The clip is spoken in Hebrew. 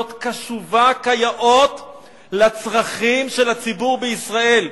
קשובה כיאות לצרכים של הציבור בישראל,